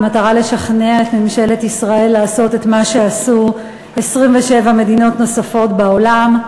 במטרה לשכנע את ממשלת ישראל לעשות את מה שעשו 27 מדינות נוספות בעולם,